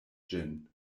ĝin